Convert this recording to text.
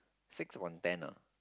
six upon ten lah